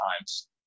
times